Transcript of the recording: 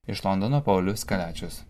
iš londono paulius kaliačius